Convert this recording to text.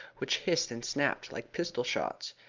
which hissed and snapped like pistol-shots.